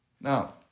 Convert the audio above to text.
Now